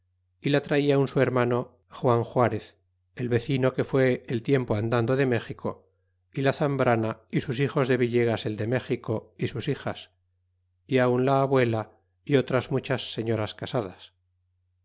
y la traia un su hermano juan juarez el vecino que fué el tiempo andando de méxico y la zambrana y sus hijos de villegas el de méxico y sus hijas y aun la abuela y otras muchas señoras casadas